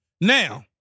Now